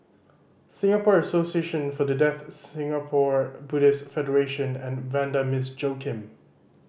Singapore Association For The Deaf Singapore Buddhist Federation and Vanda Miss Joaquim